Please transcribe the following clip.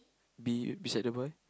be beside the boy